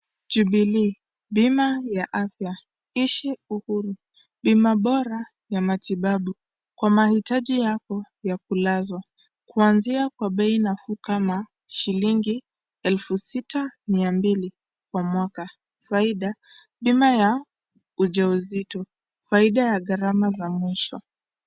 Jubilee bima ya afya, iishi uhuru pima, bora kwa matibabu. Kwa mahitaji Yako ya kulazwa kuanzia kwa bei nafuu kama shilingi elfu sita na mia mbili kwa mwaka faida. Pima ya uja uzito. Faida ya gharama za maisha.